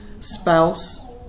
spouse